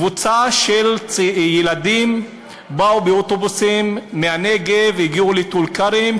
קבוצה של ילדים באו באוטובוסים מהנגב והגיעו לטול-כרם,